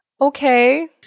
Okay